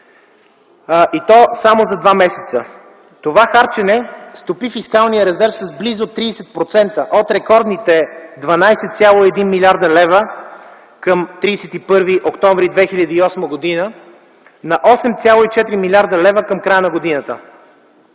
и то само за два месеца. Това харчене стопи фискалния резерв с близо 30% - от рекордните 12,1 млрд. лв. към 31 октомври 2008 г. на 8,4 млрд. лв. към края на годината.